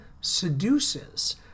seduces